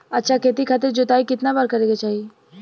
अच्छा खेती खातिर जोताई कितना बार करे के चाही?